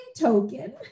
token